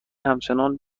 همچنان